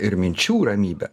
ir minčių ramybę